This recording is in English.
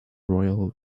royal